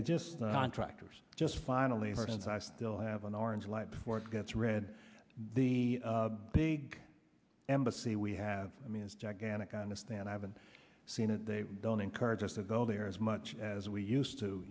could just on tractors just finally hurt and i still have an orange light before it gets red the big embassy we have i mean it's gigantic i understand i haven't seen it they don't encourage us to go there as much as we used to